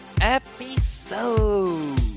episode